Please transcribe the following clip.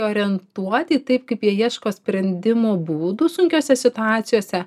orientuoti taip kaip jie ieško sprendimų būdų sunkiose situacijose